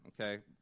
okay